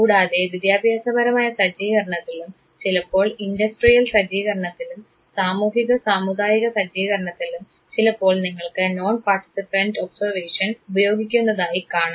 കൂടാതെ വിദ്യാഭ്യാസപരമായ സജ്ജീകരണത്തിലും ചിലപ്പോൾ ഇൻഡസ്ട്രിയൽ സജ്ജീകരണത്തിലും സാമൂഹിക സാമുദായിക സജ്ജീകരണത്തിലും ചിലപ്പോൾ നിങ്ങൾക്ക് നോൺ പാർട്ടിസിപെൻഡ് ഒബ്സർവേഷൻ ഉപയോഗിക്കുന്നതായി കാണാം